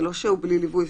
זה לא שהוא בלי ליווי.